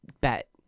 bet